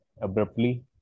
abruptly